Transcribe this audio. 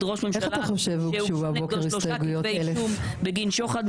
ראש ממשלה שיש לו שלושה כתבי אישום בגין שוחד,